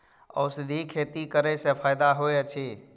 औषधि खेती करे स फायदा होय अछि?